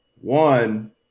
one